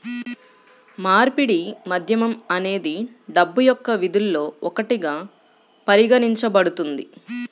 మార్పిడి మాధ్యమం అనేది డబ్బు యొక్క విధుల్లో ఒకటిగా పరిగణించబడుతుంది